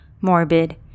morbid